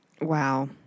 Wow